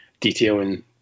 Detailing